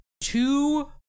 two